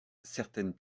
certaines